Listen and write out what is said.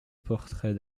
portrait